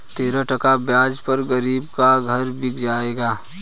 तेरह टका ब्याज पर गरीब का घर बिक जाएगा